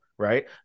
right